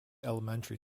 elementary